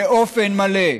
"באופן מלא,